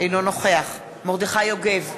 אינו נוכח מרדכי יוגב,